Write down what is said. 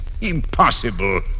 Impossible